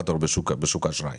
בעולמות של חוזר אשראי